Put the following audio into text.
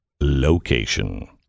location